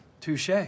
touche